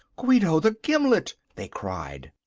guido the gimlet! they cried.